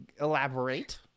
elaborate